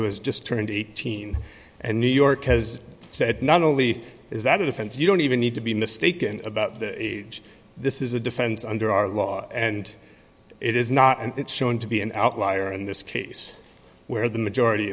who has just turned eighteen and new york has said not only is that a defense you don't even need to be mistaken about the age this is a defense under our law and it is not and it's shown to be an outlier in this case where the majority